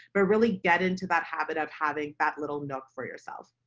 but really get into that habit of having that little note for yourself.